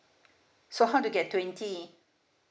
so how to get twenty